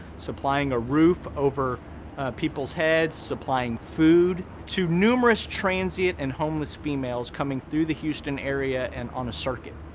supplying a roof over people's heads, supplying food to numerous transient and homeless females coming through the houston area and on a circuit.